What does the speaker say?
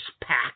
pack